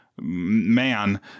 Man